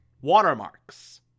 watermarks